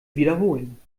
wiederholen